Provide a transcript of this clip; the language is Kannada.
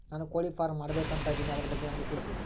ನಾನು ಕೋಳಿ ಫಾರಂ ಮಾಡಬೇಕು ಅಂತ ಇದಿನಿ ಅದರ ಬಗ್ಗೆ ನನಗೆ ತಿಳಿಸಿ?